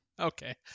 Okay